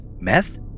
meth